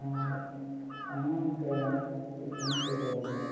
ꯑꯥ ꯑꯉꯥꯡ ꯀꯌꯥꯃꯨꯛ ꯇ꯭ꯌꯨꯁꯟ ꯀꯩꯗꯧꯔꯤꯒꯦ